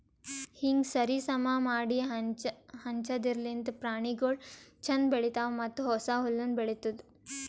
ಹೀಂಗ್ ಸರಿ ಸಮಾ ಮಾಡಿ ಹಂಚದಿರ್ಲಿಂತ್ ಪ್ರಾಣಿಗೊಳ್ ಛಂದ್ ಬೆಳಿತಾವ್ ಮತ್ತ ಹೊಸ ಹುಲ್ಲುನು ಬೆಳಿತ್ತುದ್